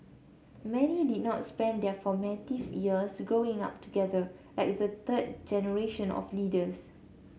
many did not spend their formative years Growing Up together like the third generation of leaders